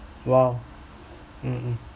!wow! mm mm